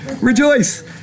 Rejoice